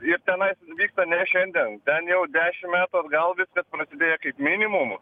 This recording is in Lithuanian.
ir tenais vyksta ne šiandien ten jau dešim metų atgal viskas prasidėjo kaip minimum